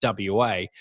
WA